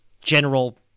general